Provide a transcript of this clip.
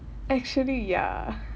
actually ya